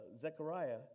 Zechariah